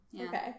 Okay